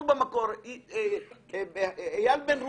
איל בן ראובן,